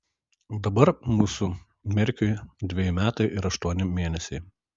dabar mūsų merkiui dveji metai ir aštuoni mėnesiai